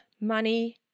money